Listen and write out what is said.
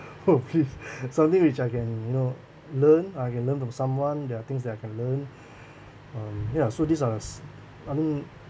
oh please something which I can you know learn I can learn from someone there are things that I can learn um ya so these are s~ I mean